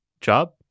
job